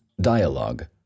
dialogue